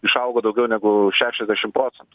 išaugo daugiau negu šešiasdešim procentų